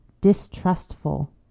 distrustful